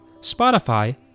Spotify